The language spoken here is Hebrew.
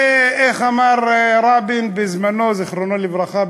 ואיך אמר רבין בזמנו, זיכרונו לברכה?